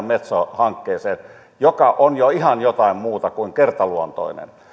metso hankkeeseen joka on jo ihan jotain muuta kuin kertaluontoinen